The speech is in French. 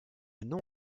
nom